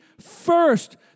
first